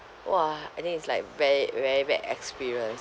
!wah! I think it's like very very bad experience